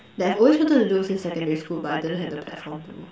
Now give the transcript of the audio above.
that I've always wanted to do since secondary school but I didn't have the platform to